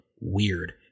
Weird